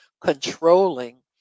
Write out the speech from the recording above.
controlling